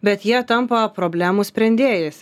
bet jie tampa problemų sprendėjais